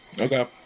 Okay